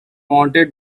wanted